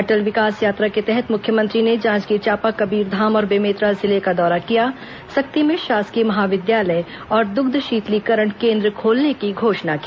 अटल विकास यात्रा के तहत मुख्यमंत्री ने जांजगीर चांपा कबीरधाम और बेमेतरा जिले का दौरा किया सक्ती में शासकीय महाविद्यालय और दुग्ध शीतलीकरण केन्द्र खोलने की घोषणा की